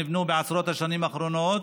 הערביים שנבנו בעשרות השנים האחרונות,